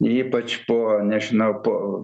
ypač po nežinau po